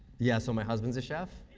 yeah, so, my husband's a chef,